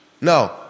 No